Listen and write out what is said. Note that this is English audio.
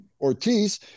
Ortiz